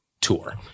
tour